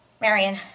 Marion